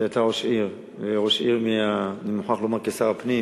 שהייתה ראש עיר, אני מוכרח לומר כשר הפנים